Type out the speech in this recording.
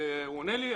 הוא עונה לי.